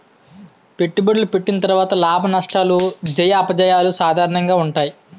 పెట్టుబడులు పెట్టిన తర్వాత లాభనష్టాలు జయాపజయాలు సాధారణంగా ఉంటాయి